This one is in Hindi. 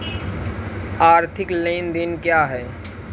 आर्थिक लेनदेन क्या है?